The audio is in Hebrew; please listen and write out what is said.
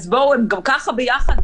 הם גם ככה ביחד,